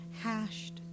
hashed